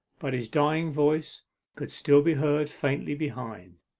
but his dying voice could still be heard faintly behind.